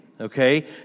Okay